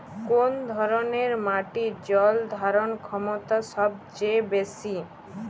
কোন ধরণের মাটির জল ধারণ ক্ষমতা সবচেয়ে বেশি?